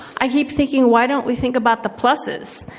i keep thinking why don't we think about the pluses.